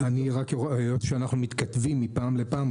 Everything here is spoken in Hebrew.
היות שאנחנו מתכתבים מפעם לפעם,